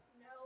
No